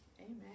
Amen